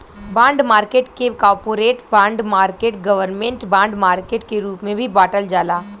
bond market के corporate bond market government bond market के रूप में बॉटल जाला